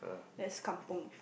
that's kampung